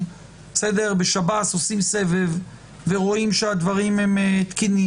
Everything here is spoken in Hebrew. בשב"ס עושים סבב ורואים שהדברים תקינים,